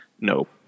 nope